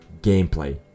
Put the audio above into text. gameplay